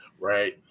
right